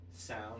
sound